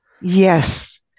yes